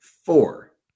Four